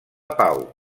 pau